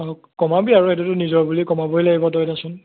অলপ কমাবি আৰু এটোটো নিজৰ বুলি কমাবই লাগিব তই দেচোন